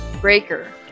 Breaker